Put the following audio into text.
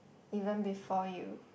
even before you